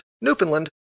Newfoundland